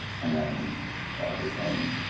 and then everything.